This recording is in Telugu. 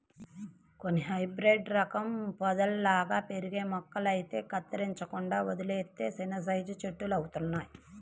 కొన్ని హైబ్రేడు రకం పొదల్లాగా పెరిగే మొక్కలైతే కత్తిరించకుండా వదిలేత్తే చిన్నసైజు చెట్టులంతవుతయ్